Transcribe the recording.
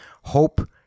hope